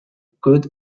good